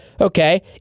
okay